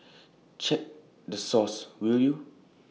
check the source will you